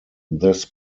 this